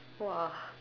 !wah!